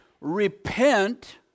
Repent